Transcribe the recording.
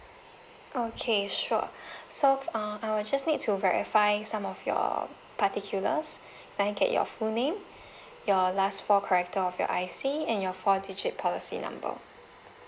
okay sure so uh I will just need to verify some of your particulars can I get your full name your last four character of your I_C and your four digit policy number